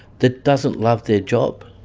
that doesn't love their job.